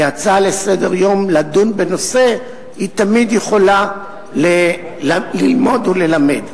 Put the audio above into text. כי בדיון בנושא בהצעה לסדר-היום תמיד יכולים ללמוד וללמד,